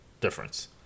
difference